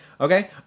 okay